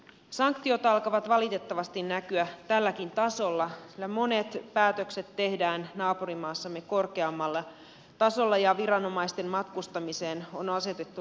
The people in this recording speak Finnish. sanktiot alkavat valitettavasti näkyä tälläkin tasolla sillä monet päätökset tehdään naapurimaassamme korkeammalla tasolla ja viranomaisten matkustamiseen on asetettu rajoitteita